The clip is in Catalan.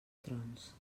trons